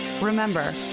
remember